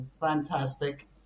fantastic